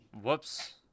Whoops